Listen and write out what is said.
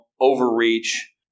overreach